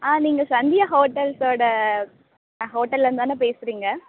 ஆ நீங்கள் சந்தியா ஹோட்டல்ஸோட ஹோட்டல்லேருந்து தானே பேசுகிறீங்க